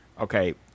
Okay